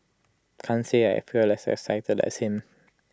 can't say I feel as excited as him